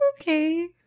Okay